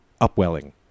upwelling